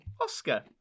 Oscar